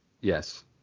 Yes